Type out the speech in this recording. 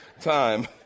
time